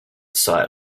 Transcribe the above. sight